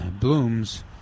blooms